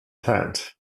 plant